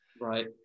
Right